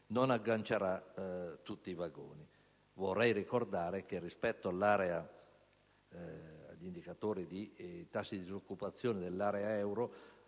non aggancerà tutti i vagoni.